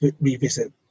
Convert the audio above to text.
Revisit